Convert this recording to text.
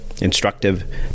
instructive